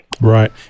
Right